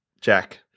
Jack